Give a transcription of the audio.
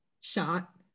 shot